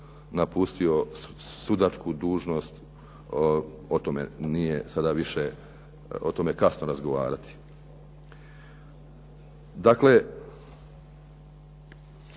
napustio sudačku dužnost. O tome je sada kasno razgovarati. Dakle,